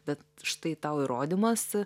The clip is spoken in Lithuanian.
bet štai tau įrodymas